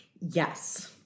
yes